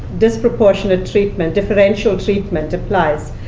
disproportionate treatment, differential treatment, applies.